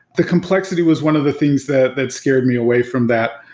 the complexity was one of the things that that scared me away from that.